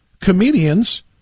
comedians